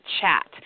chat